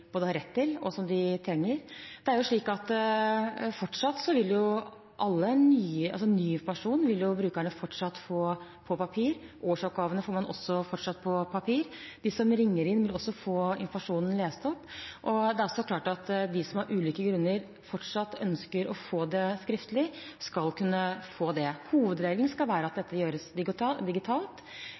har rett til, og som de trenger. Det er slik at ny informasjon vil brukerne fortsatt få på papir. Årsoppgaven får man også fortsatt på papir. De som ringer inn, vil også få informasjonen lest opp. Det er også klart at de som av ulike grunner fortsatt ønsker å få det skriftlig, skal kunne få det. Hovedregelen skal være at dette gjøres digitalt,